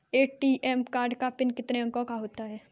ATM card का pin कितने अंकों का होता है?